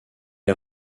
est